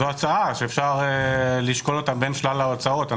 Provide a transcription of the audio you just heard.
זו הצעה שאפשר לשקול בין שלל ההצעות.